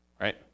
right